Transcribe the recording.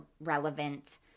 relevant